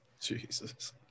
Jesus